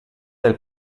del